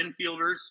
infielders